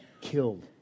killed